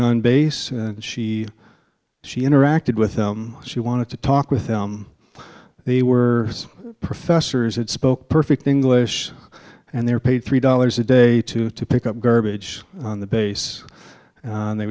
on base and she she interacted with them she wanted to talk with them they were professors that spoke perfect english and they were paid three dollars a day to have to pick up garbage on the base and they